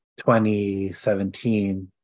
2017